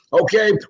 Okay